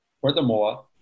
Furthermore